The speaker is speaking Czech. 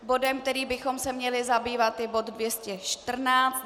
Bodem, kterým bychom se měli zabývat je bod 214.